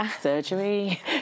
surgery